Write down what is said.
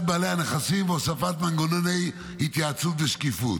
בעלי הנכסים והוספת מנגנוני התייעצות ושקיפות.